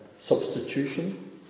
substitution